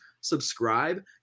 subscribe